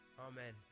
Amen